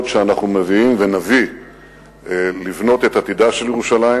שאנחנו מביאים ונביא לבנות את עתידה של ירושלים,